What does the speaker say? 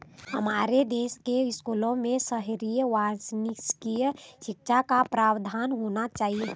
हमारे देश के स्कूलों में शहरी वानिकी शिक्षा का प्रावधान होना चाहिए